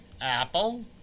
Apple